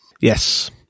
Yes